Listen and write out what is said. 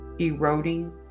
eroding